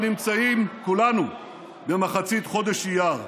אנחנו נמצאים כולנו במחצית חודש אייר,